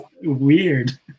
weird